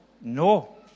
no